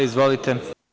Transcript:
Izvolite.